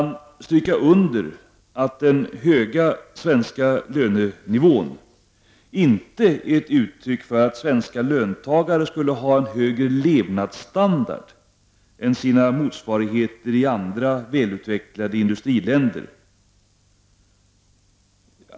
Låt mig stryka under att den höga svenska lönenivån inte är ett uttryck för att svenska löntagare skulle ha en högre levnadsstandard än sina motsvarigheter i andra välutvecklade industriländer.